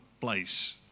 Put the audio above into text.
place